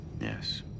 Yes